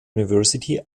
university